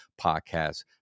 podcast